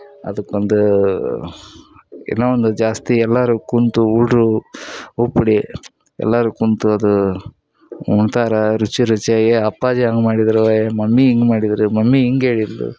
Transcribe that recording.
ಅದಕ್ಕೊಂದು ಏನೋ ಒಂದು ಜಾಸ್ತಿ ಎಲ್ಲರೂ ಕುಳ್ತು ಹುಡ್ರು ಉಪ್ಡಿ ಎಲ್ಲರೂ ಕುಳ್ತು ಅದು ಒಂಥರ ರುಚಿ ರುಚಿಯಾಗಿ ಏಯ್ ಅಪ್ಪಾಜಿ ಹಂಗ್ ಮಾಡಿದ್ದರು ಏಯ್ ಮಮ್ಮಿ ಹಿಂಗ್ ಮಾಡಿದ್ದರು ಮಮ್ಮಿ ಹಿಂಗ್ ಹೇಳಿದ್ಲು